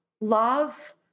love